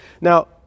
Now